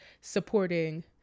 supporting